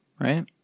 right